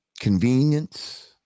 convenience